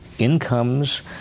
Incomes